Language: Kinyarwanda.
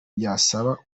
byasaba